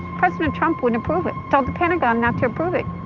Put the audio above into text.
president trump wouldn't approve it. told the pentagon not to approve it